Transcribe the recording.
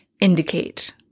indicate